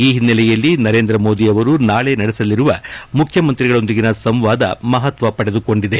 ಈ ಹಿನ್ನೆಲೆಯಲ್ಲಿ ನರೇಂದ್ರ ಮೋದಿ ಅವರು ನಾಳೆ ನಡೆಸಲಿರುವ ಮುಖ್ಯಮಂತ್ರಿಗಳ ಸಂವಾದ ಮಹತ್ವ ಪಡೆದುಕೊಂಡಿದೆ